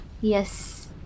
Yes